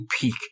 peak